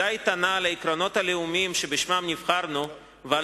עמידה איתנה על העקרונות הלאומיים שבשמם נבחרנו ועל